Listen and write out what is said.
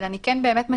אבל אני כן מציעה,